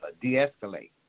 de-escalate